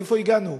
לאיפה הגענו?